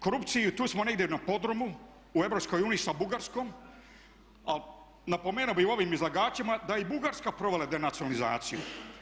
Korupcija tu smo negdje na podrumu u EU sa Bugarskom a napomenuo bi ovim izlagačima da je i Bugarska provela denacionalizaciju.